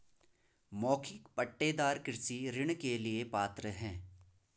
मौखिक पट्टेदार कृषि ऋण के लिए पात्र हैं